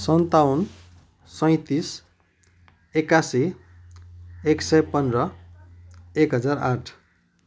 सन्ताउन सैँतिस एकास्सी एक सय पन्ध्र एक हजार आठ